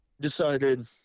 Decided